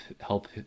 help